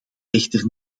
echter